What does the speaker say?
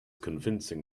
convincing